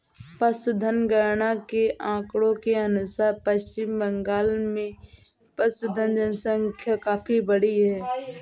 पशुधन गणना के आंकड़ों के अनुसार पश्चिम बंगाल में पशुधन जनसंख्या काफी बढ़ी है